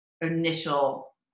initial